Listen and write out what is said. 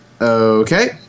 okay